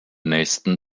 nächsten